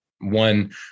one